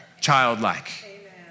childlike